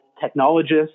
technologists